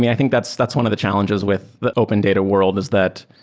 mean, i think that's that's one of the challenges with the open data world is that,